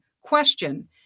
Question